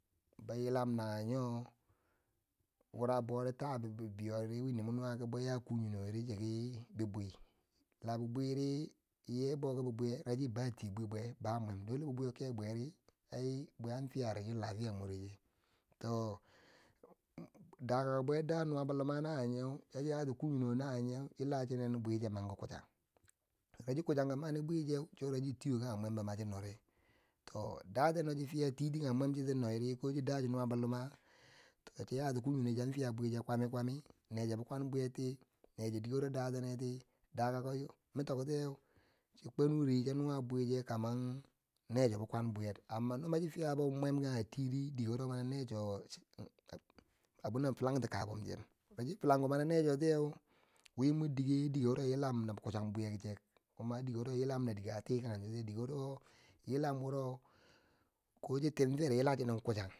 Bo yilam na wo nyo wura bori ta bibeiyorin windi mwo nuwa ki bwe ya ku nyilongeri chiki bibwi la bibwiri, nye bo kibibwi ye ache bati bi bwe ba mwem, dole bibwiye ke bwiri ai bwe an fiya reshi lafiya more che, to dakako bwe da nuwa bo luma nawo nye a yati ku nyilonye na wo nyeu yila chinen bwi che man ki kuchan reshi kucharnko mani bwicheu cho reshi tiyo kange mwmbo mani cho noreu, to daten no cho fiya titi kange mwembo chi ti noiri ko chin da cho nuwabo luma cho yati ku nyi nanye, chan fiya bwicheu kwami kwami, ne cho bi kwan bwiyerti nechi dike wuro dateneti, daka ko na toktiye cho kwiniri cho nuwa bwi cheu kamar ne cho bikwon bwiyer amma no mani chi fiya mwembo kange tiri dike wuro mani a necho abin nan filang ti, ka binche, reshin filang ke mani necho tiyeu wi mor dike, dire wuro yilam na kucham bwiyek chek, kuma dike wuro yilam na dike a tikang chotiye, dike wuro yilam wuro ko cho tim feri yila chenen kucham.